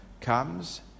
comes